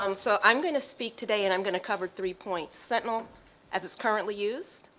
um so i'm going to speak today and i'm going to cover three points sentinel as it's currently used,